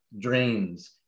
drains